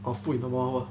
orh foot in the mouth lah